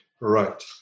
right